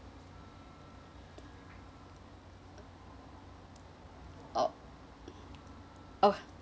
uh uh